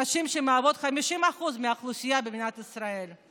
שמהוות 50% מהאוכלוסייה במדינת ישראל.